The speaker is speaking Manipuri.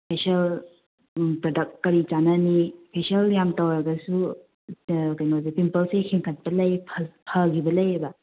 ꯐꯦꯁꯦꯜ ꯎꯝ ꯄ꯭ꯔꯗꯛ ꯀꯔꯤ ꯆꯥꯟꯅꯅꯤ ꯐꯦꯁꯦꯜ ꯌꯥꯝ ꯇꯧꯔꯒꯁꯨ ꯑꯥ ꯀꯩꯅꯣꯁꯦ ꯄꯤꯝꯄꯜꯁꯁꯦ ꯍꯦꯟꯀꯠꯄ ꯂꯩ ꯐꯒꯤꯕ ꯂꯩꯌꯦꯕ